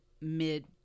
mid